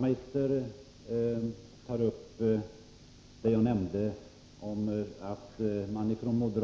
Herr talman! Hans Wachtmeister undrade varifrån jag hade fått påståendet